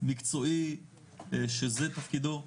מקצועי שזה תפקידו,